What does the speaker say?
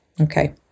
Okay